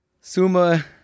Suma